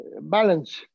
balance